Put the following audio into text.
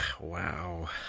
Wow